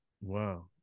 Wow